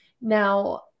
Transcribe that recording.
now